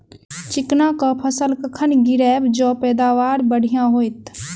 चिकना कऽ फसल कखन गिरैब जँ पैदावार बढ़िया होइत?